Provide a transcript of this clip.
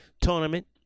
tournament